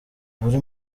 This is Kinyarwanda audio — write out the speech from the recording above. buri